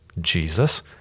Jesus